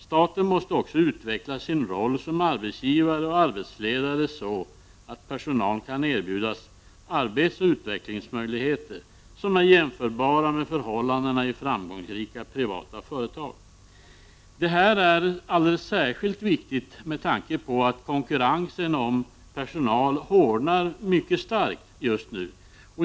Staten måste också utveckla sin roll som arbetsgivare och arbetsledare så att personalen kan erbjudas arbetsoch utvecklingsmöjligheter som är jämförbara med förhållandena i framgångsrika privata företag. Detta är särskilt viktigt med tanke på att konkurrensen om personal just nu hårdnar mycket starkt.